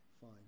fine